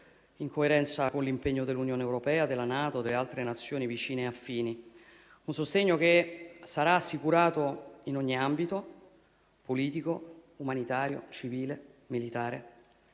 in coerenza con l'impegno dell'Unione europea, della NATO e delle altre Nazioni vicine e affini. Un sostegno che sarà assicurato in ogni ambito: politico, umanitario, civile, militare